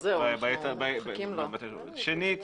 שנית,